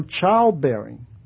childbearing